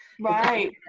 right